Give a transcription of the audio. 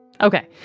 Okay